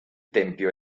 tempio